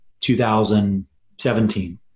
2017